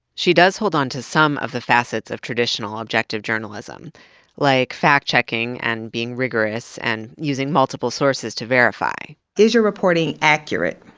she does hold onto some of the facets of traditional objective journalism like fact-checking, and being rigorous, and using multiple sources to verify is your reporting accurate?